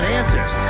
answers